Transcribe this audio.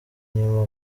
inyuma